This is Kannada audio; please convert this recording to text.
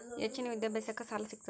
ಹೆಚ್ಚಿನ ವಿದ್ಯಾಭ್ಯಾಸಕ್ಕ ಸಾಲಾ ಸಿಗ್ತದಾ?